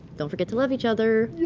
don't forget to love each other.